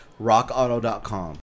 RockAuto.com